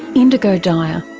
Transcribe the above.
indigo daya.